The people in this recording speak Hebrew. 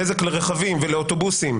נזק לרכבים ולאוטובוסים,